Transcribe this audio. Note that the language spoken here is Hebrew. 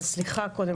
אז סליחה קודם כל.